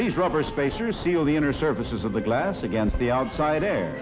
these rubber spacers seal the inner services of the glass against the outside air